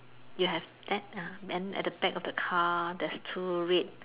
you have that uh then at the back of the car there's two red